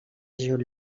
ajut